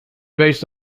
based